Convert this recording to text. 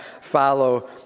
follow